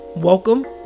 Welcome